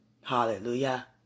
Hallelujah